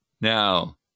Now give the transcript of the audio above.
now